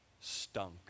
stunk